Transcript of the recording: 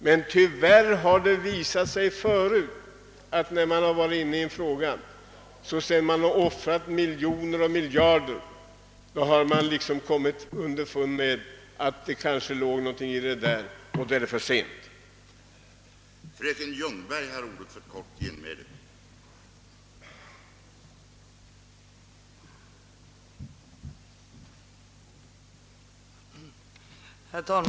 Men tyvärr säger erfarenheten att man ibland, efter att ha offrat miljoner och miljarder, måste konstatera att det låg något i de varningar som en gång framfördes, och då är det för sent att göra något.